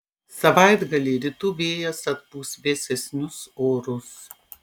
savaitgalį rytų vėjas atpūs vėsesnius orus